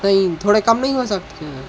नहीं थोड़े कम नहीं हो सकते हैं